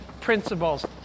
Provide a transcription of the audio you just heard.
principles